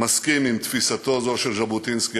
מסכים לתפיסתו זו של ז'בוטינסקי,